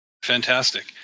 Fantastic